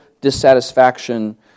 dissatisfaction